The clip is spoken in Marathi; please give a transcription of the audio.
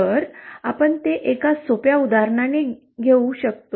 जर आपण ते एका सोप्या उदाहरणाने घेऊ शकतो